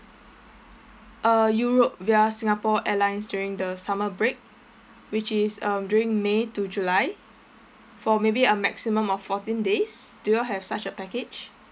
uh europe via singapore airlines during the summer break which is um during may to july for maybe a maximum of fourteen days do you all have such a package